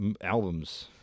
albums